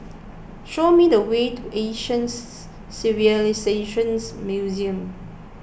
show me the way to Asian Civilisations Museum